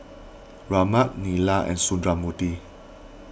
Ramnath Neila and Sundramoorthy